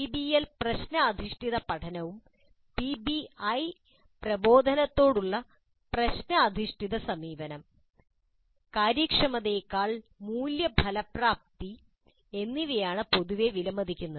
PBL പ്രശ്നഅധിഷ്ഠിത പഠനവും PBI പ്രബോധനത്തോടുള്ള പ്രശ്ന അധിഷ്ഠിത സമീപനം കാര്യക്ഷമതയെക്കാൾ മൂല്യ ഫലപ്രാപ്തി എന്നിവയാണ് പൊതുവെ വിലമതിക്കുന്നത്